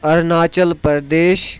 Arunachal Pradesh